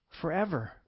Forever